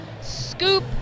scoop